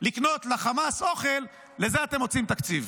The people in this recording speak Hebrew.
לקנות לחמאס אוכל, לזה אתם מוצאים תקציב.